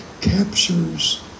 captures